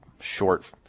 short